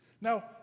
Now